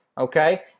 Okay